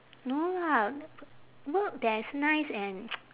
no lah work that is nice and